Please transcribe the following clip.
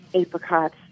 apricots